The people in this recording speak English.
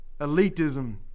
Elitism